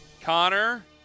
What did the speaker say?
Connor